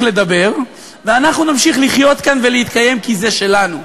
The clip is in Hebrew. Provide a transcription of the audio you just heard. לדבר ואנחנו נמשיך לחיות כאן ולהתקיים כי זה שלנו.